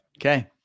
Okay